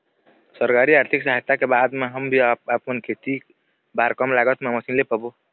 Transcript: सरकारी आरथिक सहायता के बाद मा हम भी आपमन खेती बार कम लागत मा मशीन ले पाबो?